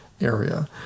area